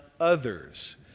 others